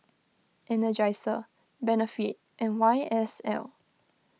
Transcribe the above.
Energizer Benefit and Y S L